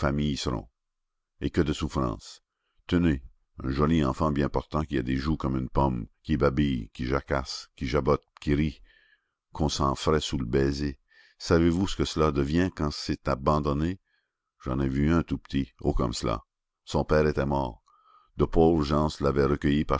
et que de souffrances tenez un joli enfant bien portant qui a des joues comme une pomme qui babille qui jacasse qui jabote qui rit qu'on sent frais sous le baiser savez-vous ce que cela devient quand c'est abandonné j'en ai vu un tout petit haut comme cela son père était mort de pauvres gens l'avaient recueilli